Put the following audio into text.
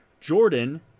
Jordan